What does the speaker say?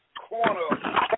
corner